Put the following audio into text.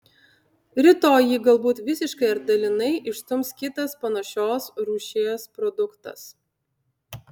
rytoj jį galbūt visiškai ar dalinai išstums kitas panašios rūšies produktas